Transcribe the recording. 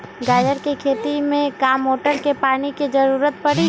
गाजर के खेती में का मोटर के पानी के ज़रूरत परी?